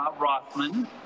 Rothman